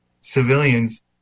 civilians